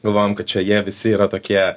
galvojom kad čia jie visi yra tokie